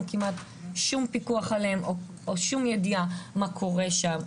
כמעט שום פיקוח עליהם או שום ידיעה מה קורה שם.